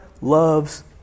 loves